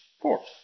Four